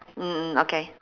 mm okay